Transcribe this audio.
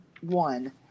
one